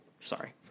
Sorry